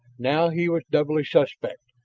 now he was doubly suspect,